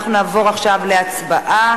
אנחנו נעבור עכשיו להצבעה.